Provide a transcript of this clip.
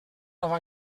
nova